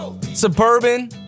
Suburban